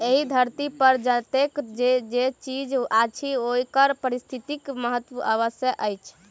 एहि धरती पर जतेक जे चीज अछि ओकर पारिस्थितिक महत्व अवश्य अछि